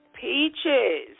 Peaches